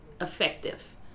effective